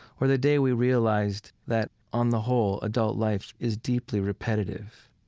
or the day we realized that, on the whole, adult life is deeply repetitive?